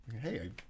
hey